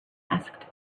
asked